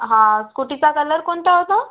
हा स्कूटीचा कलर कोणता होता